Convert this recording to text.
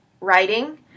writing